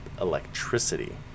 electricity